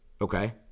Okay